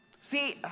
See